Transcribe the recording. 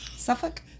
suffolk